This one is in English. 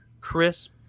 crisp